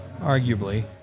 arguably